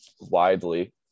widely